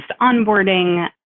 onboarding